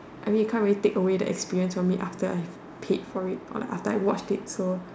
I mean you can't really take away the experience from it after I've paid for it or after I've watched it so